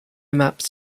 maps